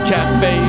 Cafe